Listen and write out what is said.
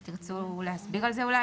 תרצו להסביר על זה אולי?